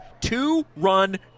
two-run